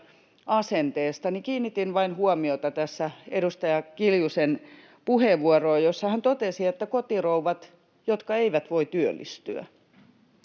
asenteesta, niin kiinnitin vain huomiota edustaja Kiljusen puheenvuoroon, jossa hän totesi, että ”kotirouvat, jotka eivät voi työllistyä”.